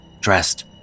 dressed